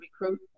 recruit